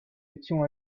étions